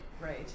Right